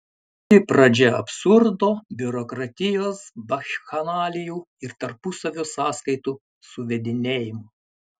graži pradžia absurdo biurokratijos bakchanalijų ir tarpusavio sąskaitų suvedinėjimo